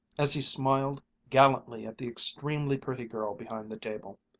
as he smiled gallantly at the extremely pretty girl behind the table.